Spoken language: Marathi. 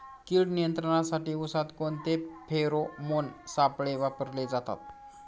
कीड नियंत्रणासाठी उसात कोणते फेरोमोन सापळे वापरले जातात?